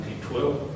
1912